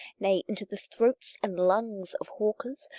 nay, into the throats and lungs, of hawkers,